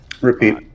Repeat